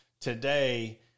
today